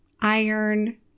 iron